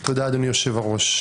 תודה, אדוני יושב-הראש.